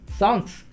songs